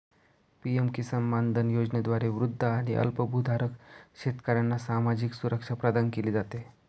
PM Kisan Maandhan योजनेद्वारे वृद्ध आणि अल्पभूधारक शेतकऱ्यांना सामाजिक सुरक्षा प्रदान केली जाते